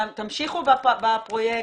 תמשיכו בפרויקט.